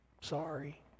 Sorry